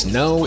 no